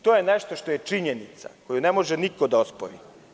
To je nešto što je činjenica koju ne može niko da ospori.